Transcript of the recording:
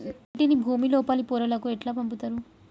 నీటిని భుమి లోపలి పొరలలోకి ఎట్లా పంపుతరు?